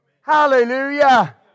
Hallelujah